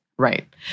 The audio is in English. Right